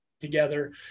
together